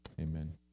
amen